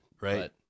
Right